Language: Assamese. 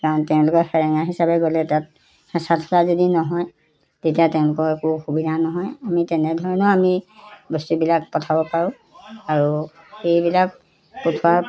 কাৰণ তেওঁলোকে সেৰেঙা হিচাপে গ'লে তাত হেঁচা ঠেলা যদি নহয় তেতিয়া তেওঁলোকৰ একো অসুবিধা নহয় আমি তেনেধৰণেও আমি বস্তুবিলাক পঠাব পাৰোঁ আৰু সেইবিলাক পঠোৱা